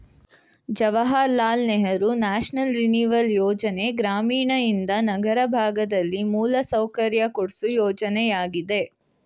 Jawahar Lal Nehru national renewal ಯೋಜನೆ ಗ್ರಾಮೀಣಯಿಂದ ನಗರ ಭಾಗದಲ್ಲಿ ಮೂಲಸೌಕರ್ಯ ಕೊಡ್ಸು ಯೋಜನೆಯಾಗಿದೆ